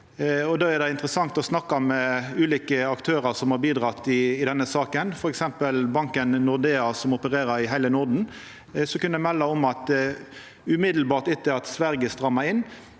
Det er interessant å snakka med ulike aktørar som har bidratt i denne saka, f.eks. banken Nordea, som opererer i heile Norden, som kunne melda om at dei like etter at Sverige stramma inn,